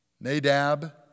Nadab